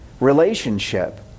relationship